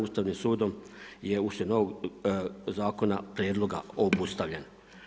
Ustavnim sudom je uslijed novog zakona prijedloga obustavljen.